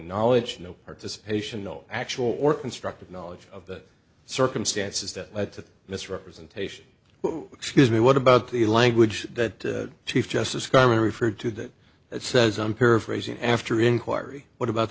knowledge no participation no actual or constructive knowledge of the circumstances that lead to misrepresentation well excuse me what about the language that chief justice scalia referred to that it says i'm paraphrasing after inquiry what about